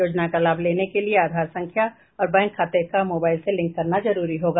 योजना का लाभ लेने के लिए आधार संख्या और बैंक खाते का मोबाइल से लिंक करना जरूरी होगा